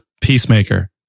peacemaker